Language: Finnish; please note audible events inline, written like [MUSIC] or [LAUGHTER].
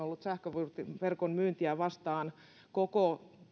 [UNINTELLIGIBLE] olleet sähköverkon myyntiä vastaan koko